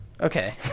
Okay